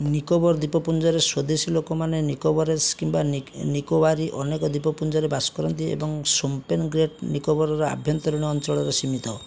ନିକୋବର ଦ୍ୱୀପପୁଞ୍ଜରେ ସ୍ୱଦେଶୀ ଲୋକମାନେ ନିକୋବାରେସ୍ କିମ୍ବା ନିକୋବାରୀ ଅନେକ ଦ୍ୱୀପପୁଞ୍ଜରେ ବାସ କରନ୍ତି ଏବଂ ଶୋମପେନ୍ ଗ୍ରେଟ୍ ନିକୋବରର ଆଭ୍ୟନ୍ତରୀଣ ଅଞ୍ଚଳରେ ସୀମିତ